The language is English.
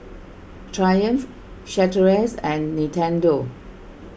Triumph Chateraise and Nintendo